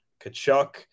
Kachuk